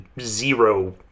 zero